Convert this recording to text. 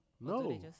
No